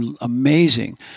amazing